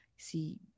see